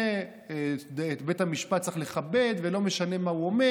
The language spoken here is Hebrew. ואת בית המשפט צריך לכבד ולא משנה מה הוא אומר.